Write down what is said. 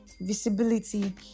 visibility